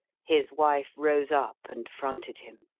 his wife rose up and fronted him.